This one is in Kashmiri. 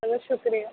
چلو شُکریہ